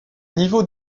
niveaux